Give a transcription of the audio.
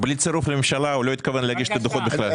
בלי צירוף לממשלה הוא לא התכוון להגיש את הדוחות בכלל.